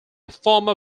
former